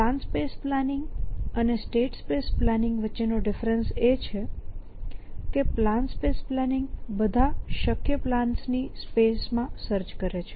plan space planning અને state space planning વચ્ચે નો ડિફરેન્સ એ છે કે પ્લાન સ્પેસ પ્લાનિંગ બધા શક્ય પ્લાન્સ ની સ્પેસ માં શોધે છે